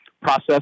process